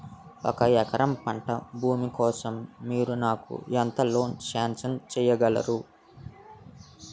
ఒక ఎకరం పంట భూమి కోసం మీరు నాకు ఎంత లోన్ సాంక్షన్ చేయగలరు?